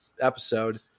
episode